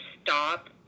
stop